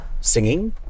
singing